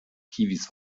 kiwis